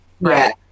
Right